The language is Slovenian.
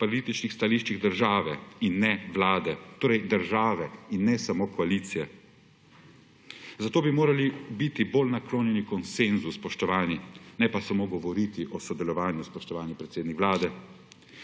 zunanjepolitičnih stališčih države in ne Vlade, torej države in ne samo koalicije. Zato bi morali biti bolj naklonjeni konsenzu, ne pa samo govoriti o sodelovanju, spoštovani predsednik Vlade.